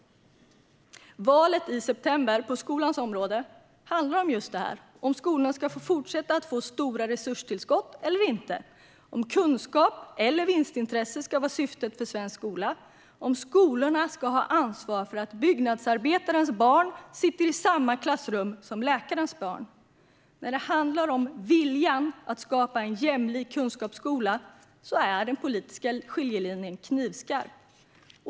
På skolans område handlar valet i september om huruvida skolorna ska fortsätta att få stora resurstillskott eller inte, om kunskap eller vinstintresse ska vara syftet med svensk skola och om skolorna ska ha ansvar för att byggnadsarbetarens barn sitter i samma klassrum som läkarens barn. När det handlar om viljan att skapa en jämlik kunskapsskola är den politiska skiljelinjen knivskarp.